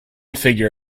figure